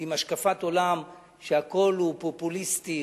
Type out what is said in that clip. עם השקפת עולם שהכול הוא פופוליסטי,